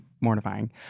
mortifying